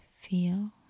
feel